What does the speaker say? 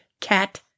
cat